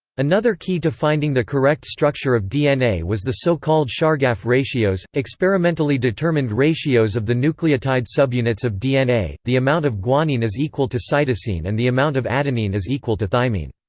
another key to finding the correct structure of dna was the so-called chargaff ratios, experimentally determined ratios of the nucleotide subunits of dna the amount of guanine is equal to cytosine and the amount of adenine is equal to thymine.